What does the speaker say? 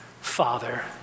father